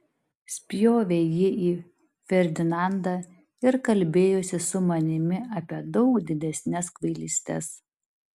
spjovė jie į ferdinandą ir kalbėjosi su manimi apie daug didesnes kvailystes